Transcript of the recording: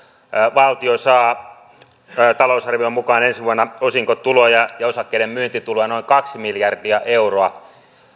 valtio saa talousarvion mukaan ensi vuonna osinkotuloja ja osakkeiden myyntituloja noin kaksi miljardia euroa